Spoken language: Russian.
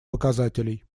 показателей